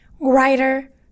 writer